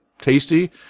tasty